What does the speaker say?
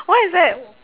why is that